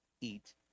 eat